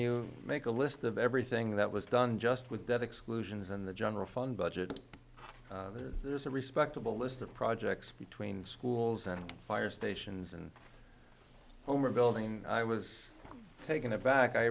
you make a list of everything that was done just with that exclusions and the general fund budget there's a respectable list of projects between schools and fire stations and home building i was taken aback i